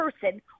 person